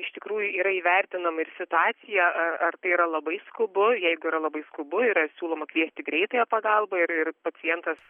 iš tikrųjų yra įvertinama ir situacija ar ar tai yra labai skubu jeigu yra labai skubu yra siūloma kviesti greitąją pagalbą ir ir pacientas